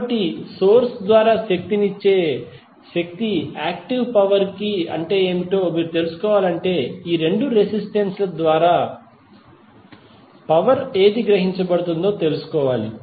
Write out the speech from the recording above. కాబట్టి సోర్స్ ద్వారా శక్తి నిచ్చే పవర్ యాక్టివ్ పవర్ ఏమిటో మీరు తెలుసుకోవాలంటే ఈ రెండు రెసిస్టెన్స్ ల ద్వారా పవర్ ఏది గ్రహించబడుతుందో తెలుసుకోవాలి